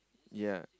ya